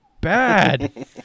bad